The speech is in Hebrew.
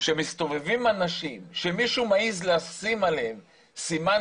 שמסתובבים אנשים שמישהו מעז לשים עליהם סימן